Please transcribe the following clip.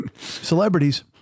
Celebrities